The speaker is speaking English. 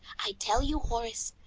i tell you, horace,